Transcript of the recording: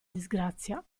disgrazia